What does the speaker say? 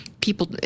People